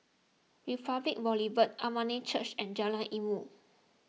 Republic Boulevard Armenian Church and Jalan Ilmu